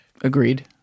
Agreed